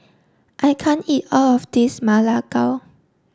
I can't eat all of this Ma Lai Gao